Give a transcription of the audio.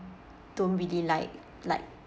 don't really like like